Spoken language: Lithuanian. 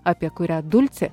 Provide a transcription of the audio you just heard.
apie kurią dulcė